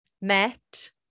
met